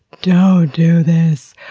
don't do this.